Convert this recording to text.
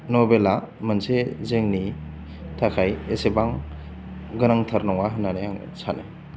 नभेलआ मोनसे जोंनि थाखाय एसेबां गोनांथार नङा होन्नानै आङो सानो